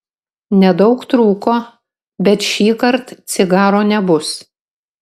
nedaug trūko bet šįkart cigaro nebus